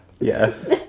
Yes